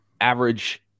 average